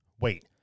Wait